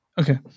Okay